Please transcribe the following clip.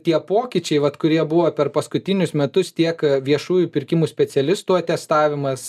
tie pokyčiai vat kurie buvo per paskutinius metus tiek viešųjų pirkimų specialistų atestavimas